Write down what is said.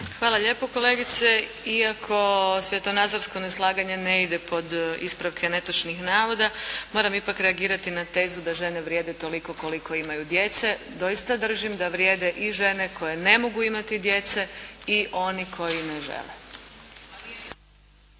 Hvala lijepo kolegice. Iako svjetonazorsko neslaganje ne ide pod ispravke netočnih navoda moram ipak reagirati na tezu da žene vrijede toliko koliko imaju djece. Doista držim da vrijede i žene koje ne mogu imati djece. I oni koji ne žele.